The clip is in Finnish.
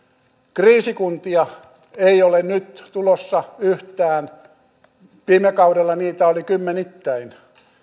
kriisikuntia ei ole nyt tulossa yhtään viime kaudella niitä oli kymmenittäin